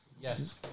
Yes